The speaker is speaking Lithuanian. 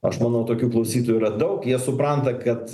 aš manau tokių klausytojų yra daug jie supranta kad